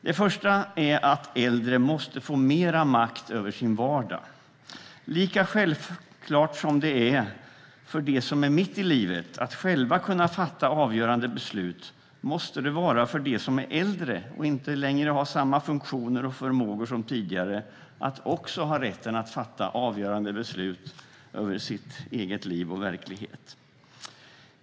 Det första är att de äldre måste få mer makt över sin vardag. Lika självklart som det är för dem som är mitt i livet att själva kunna fatta avgörande beslut måste det vara för dem som är äldre och inte längre har samma funktioner och förmågor som tidigare att också ha rätten att fatta avgörande beslut över sitt eget liv och sin verklighet.